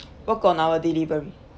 work on our delivery